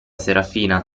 serafina